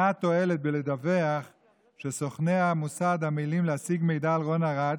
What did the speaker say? מה התועלת בלדווח שסוכני המוסד עמלים להשיג מידע על רון ארד,